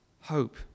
hope